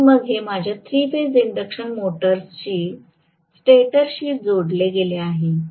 आणि मग हे माझ्या थ्री फेज इंडक्शन मोटर्स स्टेटरशी जोडले गेले आहे